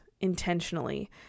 intentionally